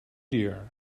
dear